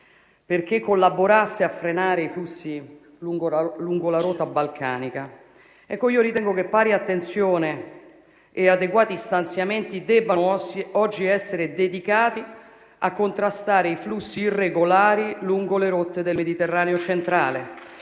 perché collaborasse a frenare i flussi lungo la rotta balcanica. Ecco io ritengo che pari attenzione e adeguati stanziamenti debbano oggi essere dedicati a contrastare i flussi irregolari lungo le rotte del Mediterraneo centrale